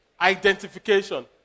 Identification